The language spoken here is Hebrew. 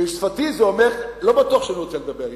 בשפתי זה אומר: לא בטוח שאני רוצה לדבר אתך.